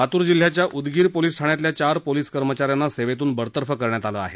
लात्र जिल्ह्याच्या उदगीर पोलिस ठाण्यातल्या चार पोलिस कर्मचाऱ्यांना सेवेत्न बडतर्फ करण्यात आलं आहे